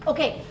Okay